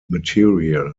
material